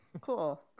Cool